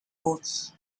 boards